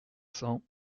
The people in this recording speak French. cents